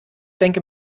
denke